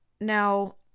Now